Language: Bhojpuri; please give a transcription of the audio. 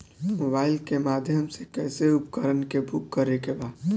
मोबाइल के माध्यम से कैसे उपकरण के बुक करेके बा?